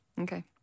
Okay